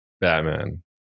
Batman